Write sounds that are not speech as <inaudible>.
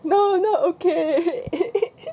no no okay <laughs>